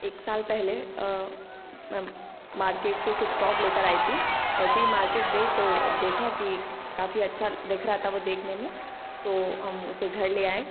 एक साल पहले अ मैं मार्केट से एक स्टोव लेकर आई थी ऐसे ही मार्केट गई तो देखा कि काफ़ी अच्छा दिख रहा था वह देखने में तो हम उसे घर ले आए